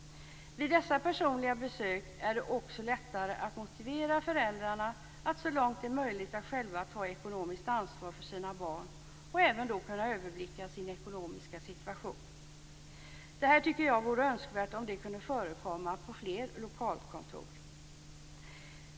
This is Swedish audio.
Vid dessa personliga besök är det också lättare att motivera föräldrarna att så långt det är möjligt själva ta ekonomiskt ansvar för sina barn och även överblicka sin ekonomiska situation. Det vore önskvärt om detta kunde förekoma på fler lokalkontor.